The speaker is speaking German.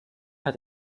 hat